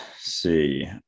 see